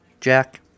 jack